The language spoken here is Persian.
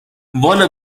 والا